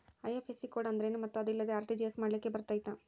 IFSC code ಅಂದ್ರೇನು ಮತ್ತು ಅದಿಲ್ಲದೆ ಆರ್.ಟಿ.ಜಿ.ಎಸ್ ಮಾಡ್ಲಿಕ್ಕೆ ಬರ್ತೈತಾ?